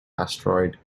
asteroid